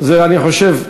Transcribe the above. אני חושב,